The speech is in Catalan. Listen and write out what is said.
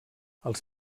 els